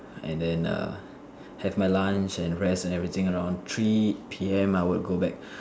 and then err have my lunch and rest and everything around three P_M I would go back